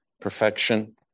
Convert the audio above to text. perfection